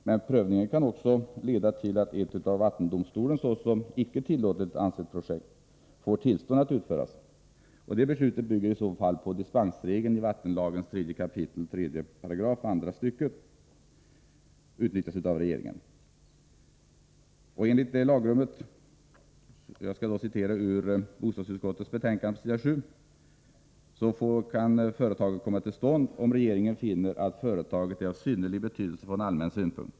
Men prövningen kan också leda till att ett av vattendomstolen såsom icke tillåtligt ansett projekt får utföras. Detta beslut bygger i så fall på att regeringen utnyttjar dispensregeln i 3 kap. 3 § andra stycket vattenlagen. Enligt detta lagrum får — jag citerar ur bostadsutskottets betänkande på s. 7 — ”företaget komma till stånd om regeringen finner att företaget är av synnerlig betydelse från allmän synpunkt.